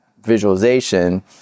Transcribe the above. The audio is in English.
visualization